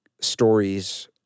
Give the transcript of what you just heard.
stories